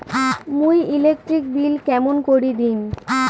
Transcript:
মুই electric bill কেমন করি দিম?